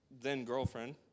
then-girlfriend